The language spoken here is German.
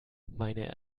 meine